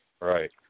Right